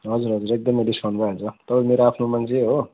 हजुर हजुर एकदमै डिस्काउन्ट भइहाल्छ तपाईँ मेरो आफ्नो मान्छे हो